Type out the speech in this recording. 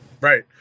Right